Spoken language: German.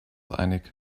einig